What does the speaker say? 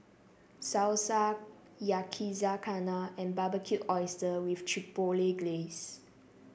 Salsa Yakizakana and Barbecued Oysters with Chipotle Glaze